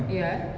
ya